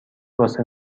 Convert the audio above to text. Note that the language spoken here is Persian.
واسه